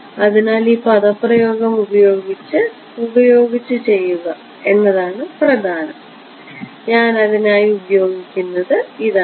അതിനാൽ ഈ പ്രയോഗം ഉപയോഗിച്ച് ചെയ്യുക എന്നതാണ് പ്രധാനം ഞാൻ അതിനായി പ്രയോഗിക്കുന്നത് ഇതാണ്